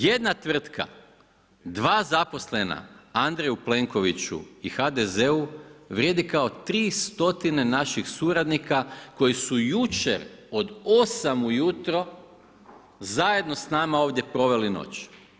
Jedna tvrtka, 2 zaposlena, Andreju Plenkoviću i HDZ-u vrijedi kao 300 naših suradnika koji su jučer od 8 ujutro zajedno s nama ovdje proveli noć.